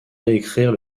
réécrire